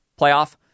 playoff